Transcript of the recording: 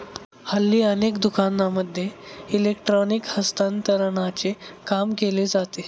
हल्ली अनेक दुकानांमध्ये इलेक्ट्रॉनिक हस्तांतरणाचे काम केले जाते